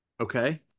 okay